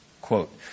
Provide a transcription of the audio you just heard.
Quote